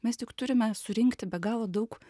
mes tik turime surinkti be galo daug